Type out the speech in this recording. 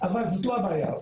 אבל זו לא הבעיה.